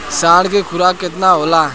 साँढ़ के खुराक केतना होला?